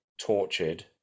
tortured